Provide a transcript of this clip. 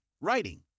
writing